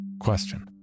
Question